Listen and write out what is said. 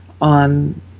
on